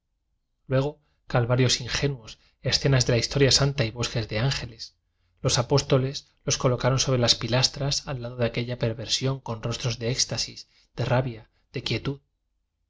luego calvarios ingenuos escenas de la historia santa y bosques de ángeles los apóstoles los colocaron sobre las pilastras al lado de aquella perversión con rostros de éxtasis de rabia de